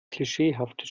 klischeehaftes